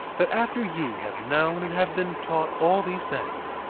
that after ye have known and have been taught all these things,